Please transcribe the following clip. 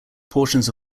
portions